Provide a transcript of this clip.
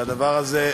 שהדבר הזה,